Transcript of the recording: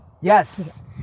Yes